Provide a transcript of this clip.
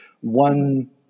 one